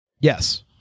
Yes